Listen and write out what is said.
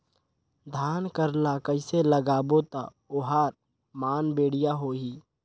धान कर ला कइसे लगाबो ता ओहार मान बेडिया होही?